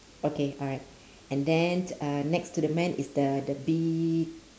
okay alright and then uh next to the man is the the bee